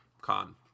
Con